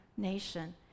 nation